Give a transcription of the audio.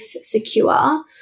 secure